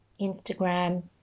Instagram